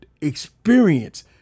experience